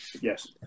Yes